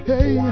Hey